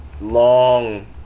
long